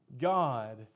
God